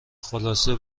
خلاصه